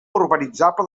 urbanitzable